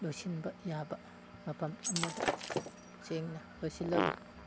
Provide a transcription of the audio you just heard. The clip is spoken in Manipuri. ꯂꯣꯏꯁꯤꯟꯕ ꯌꯥꯕ ꯃꯐꯝ ꯑꯃꯗ ꯁꯦꯡꯅ ꯂꯣꯏꯁꯤꯜꯂꯒ